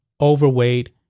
overweight